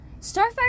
Starfire